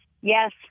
Yes